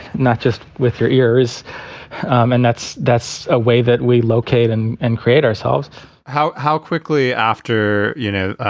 not just with your ears and that's that's a way that we locate and and create ourselves how how quickly after, you know,